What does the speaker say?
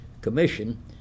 commission